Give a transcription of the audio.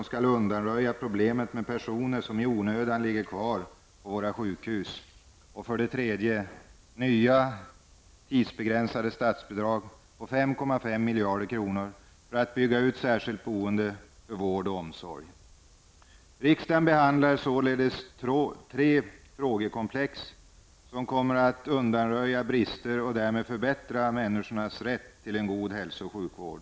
Problemet med personer som i onödan ligger kvar på våra sjukhus skall undanröjas. För det tredje gäller det nya tidsbegränsade statsbidrag om 5,5 miljarder för att möjliggöra en ombyggnad när det gäller särskilt boende för vård och omsorg. Riksdagen behandlar således tre frågekomplex, där brister kommer att undanröjas. Härmed blir det en förbättring vad gäller människors rätt till en god hälso och sjukvård.